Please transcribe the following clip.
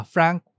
Frank